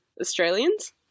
Australians